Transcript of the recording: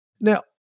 Now